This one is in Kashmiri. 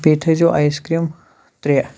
بیٚیہِ تھٔےزیو آیس کِرٛیٖم ترٛےٚ